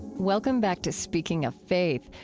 welcome back to speaking of faith,